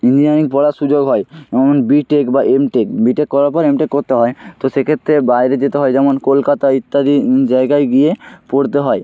engineering পড়ার সুযোগ হয় যেমন বি টেক বা এম টেক বি টেক করার পর এম টেক করতে হয় তো সেক্ষেত্রে বাইরে যেতে হয় যেমন কলকাতা ইত্যাদি নি জায়গায় গিয়ে পড়তে হয়